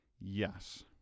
yes